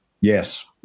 Yes